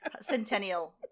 centennial